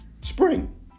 spring